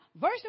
verse